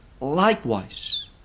likewise